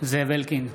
זאב אלקין,